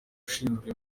ushinzwe